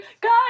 Guys